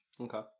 Okay